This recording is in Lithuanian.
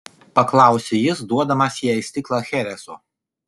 paklausė jis duodamas jai stiklą chereso